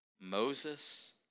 Moses